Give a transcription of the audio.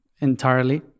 entirely